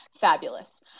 fabulous